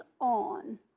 on